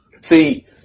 See